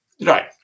right